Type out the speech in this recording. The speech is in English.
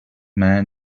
man